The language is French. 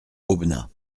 aubenas